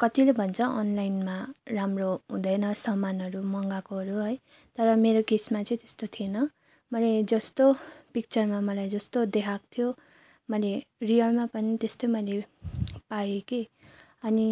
कतिले भन्छ अनलाइनमा राम्रो हुँदैन समानहरू मगाएकोहरू है तर मेरो केसमा चाहिँ त्यस्तो थिएन मैले जस्तो पिक्चारमा मलाई जस्तो देखाक थियो मैले रियलमा पनि तेस्तै मैले पाएँ के अनि